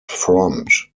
front